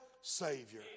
Savior